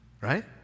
Right